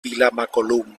vilamacolum